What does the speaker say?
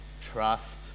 trust